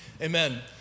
Amen